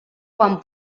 quan